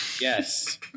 yes